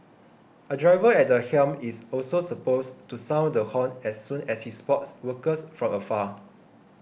a driver at the helm is also supposed to sound the horn as soon as he spots workers from afar